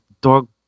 dog